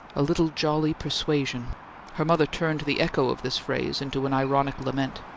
a little jolly persuasion her mother turned the echo of this phrase into an ironic lament.